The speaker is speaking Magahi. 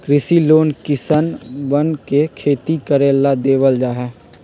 कृषि लोन किसनवन के खेती करे ला देवल जा हई